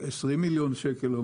20 מיליון שקל.